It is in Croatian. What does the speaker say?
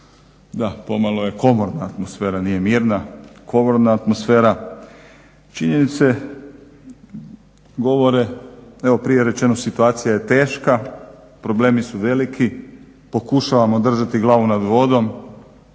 Da pomalo je komorna atmosfera, nije mirna, komorna atmosfera. Činjenice govore, evo prije je rečeno situacija je teška, problemi su veliki, pokušavamo držati glavu nad vodom,